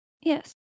Yes